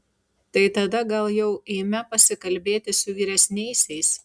tai tada gal jau eime pasikalbėti su vyresniaisiais